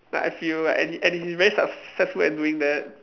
like I feel and he and he is very successful in doing that